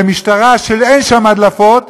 והמשטרה, אין בה הדלפות,